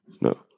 no